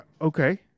Okay